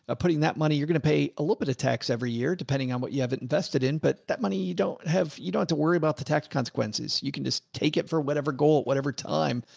ah putting that money. you're going to pay a little bit of tax every year, depending on what you haven't invested in, but that money you don't have, you don't have to worry about the tax consequences. you can just take it for whatever goal at whatever time.